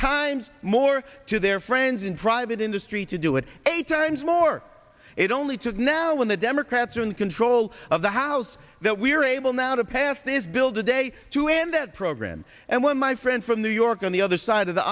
times more to their friends in private industry to do it eight times more it only just now when the democrats are in control of the house that we're able now to pass this bill today too in that program and when my friend from new york on the other side of the